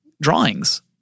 drawings